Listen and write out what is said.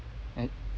and